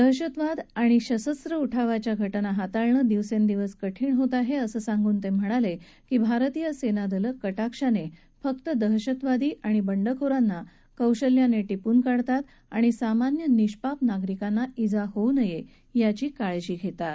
दशहतवाद आणि सशस्व उठावाच्या घटना हाताळणं दिवसेंदिवस कठीण होत आहे असं सांगून ते म्हणाले की भारतीय सेना दलं कटाक्षाने फक्त दहशतवादी आणि बंडखोरांना कौशल्याने टिपून काढतात आणि सामान्य निष्पाप नागरिकांना ज्ञा होऊ नये याची काळजी घेतात